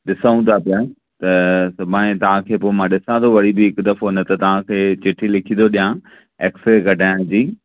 ॾिसूं था पिया त सुभाणे तव्हांखे पोइ मां ॾिसां थो वरी बि हिकु दफ़ो न त तव्हांखे चिठी लिखी थो ॾिया एक्स रे कढाइण जी